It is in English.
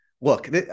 look